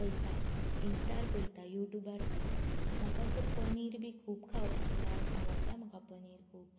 पळयता इंस्टार पळयता युट्यूबार पळयता म्हाका असो पनीर बीन खूब खावपाक लायक आवडटा म्हाका पनीर खूब